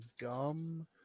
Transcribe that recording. gum